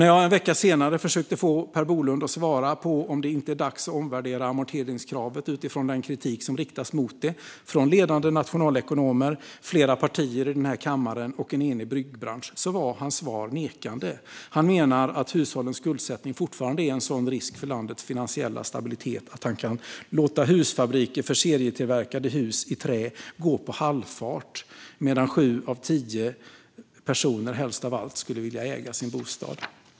När jag en vecka senare försökte få Per Bolund att svara på om det inte är dags att omvärdera amorteringskravet utifrån den kritik som riktas mot det från ledande nationalekonomer, flera partier i denna kammare och en enig byggbransch var hans svar nekande. Han menar att hushållens skuldsättning fortfarande är en sådan risk för landets finansiella stabilitet att han kan låta husfabriker för serietillverkade hus i trä gå på halvfart medan sju av tio personer helst av allt skulle vilja äga sin bostad.